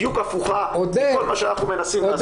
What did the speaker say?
בדיוק הפוכה לכל מה שאנחנו מנסים לעשות פה.